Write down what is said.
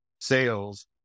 sales